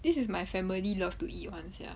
this is my family love to eat [one] sia